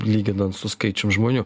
lyginant su skaičium žmonių